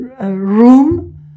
room